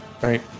right